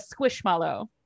squishmallow